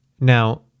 Now